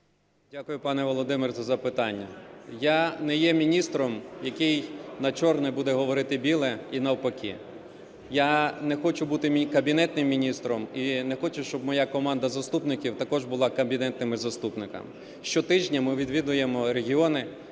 Дякую, пане Володимире, за запитання. Я не є міністром, який на чорне буде говорити біле, і навпаки. Я не хочу бути "кабінетним" міністром і не хочу, щоб моя команда заступників також була "кабінетними" заступниками. Щотижня ми відвідуємо регіони,